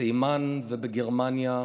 בתימן ובגרמניה,